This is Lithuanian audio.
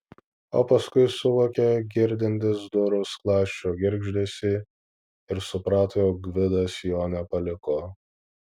o paskui suvokė girdintis durų skląsčio girgždesį ir suprato jog gvidas jo nepaliko